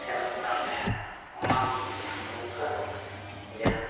ᱥᱮᱱᱚᱜ ᱠᱟᱱ ᱛᱟᱦᱮᱱᱟ ᱚᱱᱟ ᱢᱮᱱᱛᱮ ᱱᱚᱝᱠᱟᱱᱟᱜ ᱡᱟᱦᱟᱸ